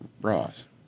Ross